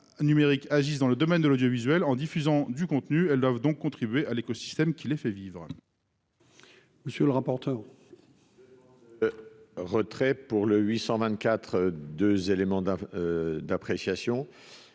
numériques agissent dans le domaine de l'audiovisuel en diffusant du contenu, elles doivent donc contribuer à l'écosystème qui les fait vivre. Monsieur le rapporteur. C'est marrant. Retrait pour le 824 2 éléments d'appréciation